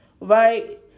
right